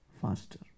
faster